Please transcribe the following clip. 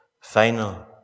Final